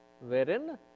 wherein